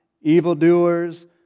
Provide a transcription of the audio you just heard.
evildoers